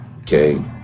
Okay